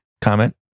Comment